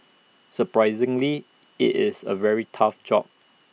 surprisingly IT is A very tough job